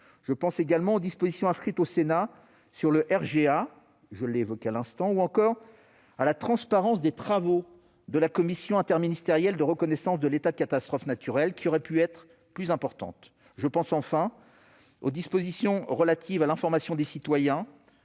Je pense aussi aux dispositions ajoutées par le Sénat sur le RGA, ou encore à la transparence des travaux de la commission interministérielle de reconnaissance de l'état de catastrophe naturelle, qui aurait pu être plus importante. Je pense enfin aux dispositions relatives à l'information des citoyens